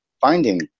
finding